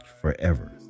forever